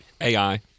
AI